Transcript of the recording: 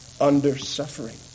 under-suffering